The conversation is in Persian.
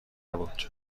بود